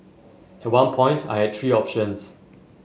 at one point I had three options